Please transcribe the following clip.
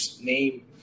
name